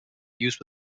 use